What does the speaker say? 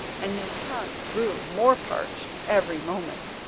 and his tongue grew more parched every moment.